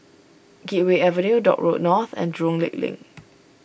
Gateway Avenue Dock Road North and Jurong Lake Link